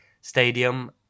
stadium